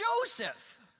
Joseph